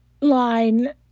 line